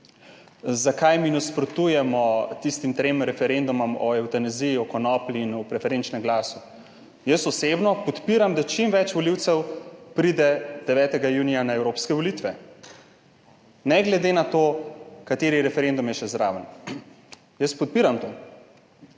zakaj mi nasprotujemo tistim trem referendumom o evtanaziji, o konoplji in o preferenčnem glasu. Jaz osebno podpiram, da pride čim več volivcev 9. junija na evropske volitve, ne glede na to, kateri referendum je še zraven, jaz to podpiram.